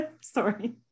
Sorry